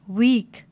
weak